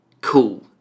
cool